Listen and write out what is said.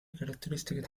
caratteristiche